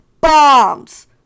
bombs